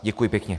Děkuji pěkně.